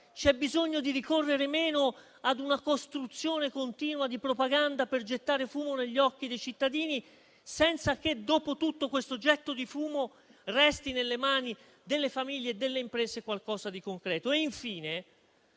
C'è bisogno di ricorrere meno a una costruzione continua di propaganda per gettare fumo negli occhi dei cittadini, senza che, dopo tutto questo getto di fumo, resti nelle mani delle famiglie e delle imprese qualcosa di concreto.